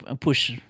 push